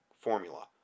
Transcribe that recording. formula